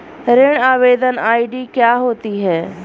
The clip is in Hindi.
ऋण आवेदन आई.डी क्या होती है?